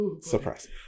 Surprise